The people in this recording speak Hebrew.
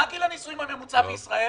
מה הגיל הנשואים הממוצע בישראל?